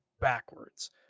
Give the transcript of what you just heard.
backwards